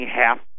half